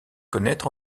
connaître